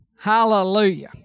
hallelujah